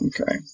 Okay